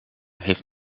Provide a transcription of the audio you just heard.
heeft